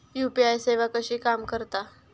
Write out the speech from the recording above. UPI सेवा कशी काम करता?